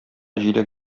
җиләк